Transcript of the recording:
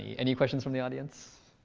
any questions from the audience?